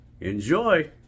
Enjoy